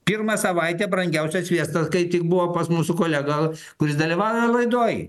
pirmą savaitę brangiausias sviestas kaip tik buvo pas mūsų kolegą kuris dalyvauja laidoj